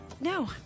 No